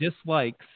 dislikes